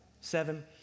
seven